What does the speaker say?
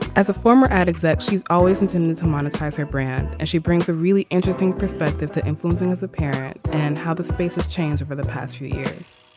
as a former ad except she's always intended to and monetize her brand as she brings a really interesting perspective to influencing as a parent and how the space has changed over the past few years